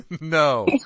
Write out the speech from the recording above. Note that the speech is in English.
no